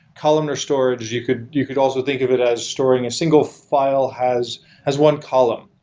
columnar storage, you could you could also think of it as storing a single file has has one column.